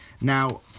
Now